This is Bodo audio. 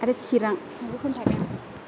आरो चिरां